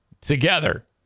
together